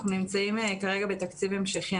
אנחנו נמצאים כרגע בתקציב המשכי.